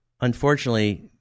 unfortunately